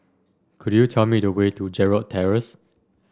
could you tell me the way to Gerald Terrace